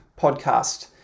podcast